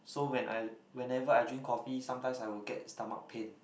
so when I whenever I drink coffee sometimes I will get stomach pain